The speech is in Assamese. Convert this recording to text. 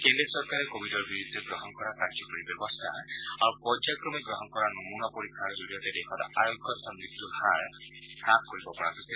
কেন্দ্ৰীয় চৰকাৰে কোৱিডৰ বিৰুদ্ধে গ্ৰহণ কৰা কাৰ্যকৰী ব্যৱস্থা আৰু পৰ্যায়ক্ৰমে গ্ৰহণ কৰা নমুনা পৰীক্ষাৰ জৰিয়তে দেশত আৰোগ্য তথা মৃত্যুৰ হাৰ হ্যাস কৰিব পৰা গৈছে